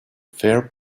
fair